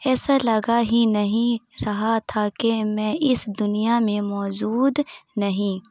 ایسا لگا ہی نہیں رہا تھا کہ میں اس دنیا میں موجود نہیں